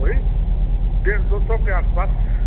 वही डेढ़ दो सौ के आस पास